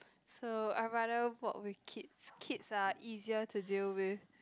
so I rather work with kids kids are easier to deal with